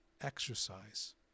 exercise